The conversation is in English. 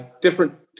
different